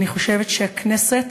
ואני חושבת שהכנסת,